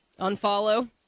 Unfollow